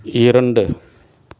இரண்டு